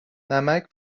نمک